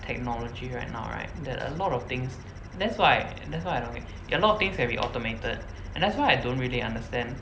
technology right now right that a lot of things that's why that's why I don't get a lot of things every automated and that's why I don't really understand